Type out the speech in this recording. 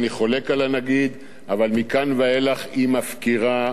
אבל מכאן ואילך היא מפקירה את האחריות שלה.